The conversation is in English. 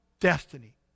destiny